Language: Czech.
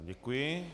Děkuji.